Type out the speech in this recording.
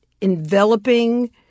enveloping